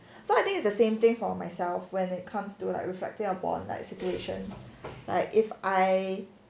so I think it's the same thing for myself when it comes to like reflecting upon like situations like if I